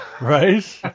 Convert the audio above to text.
right